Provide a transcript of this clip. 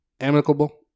amicable